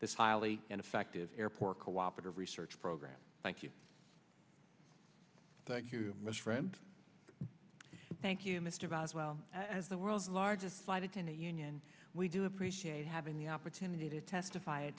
this highly ineffective airport cooperative research program thank you thank you ms friend thank you mr about as well as the world's largest flight attendants union we do appreciate having the opportunity to testify